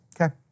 Okay